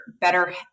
better